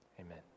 Amen